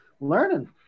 learning